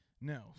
No